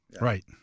Right